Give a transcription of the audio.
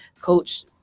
Coach